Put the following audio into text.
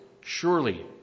surely